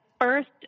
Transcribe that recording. first